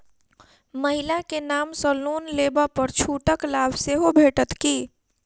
महिला केँ नाम सँ लोन लेबऽ पर छुटक लाभ सेहो भेटत की?